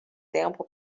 tempo